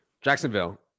Jacksonville